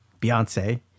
Beyonce